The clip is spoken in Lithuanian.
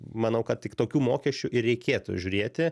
manau kad tik tokių mokesčių ir reikėtų žiūrėti